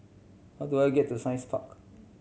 how do I get to Science Park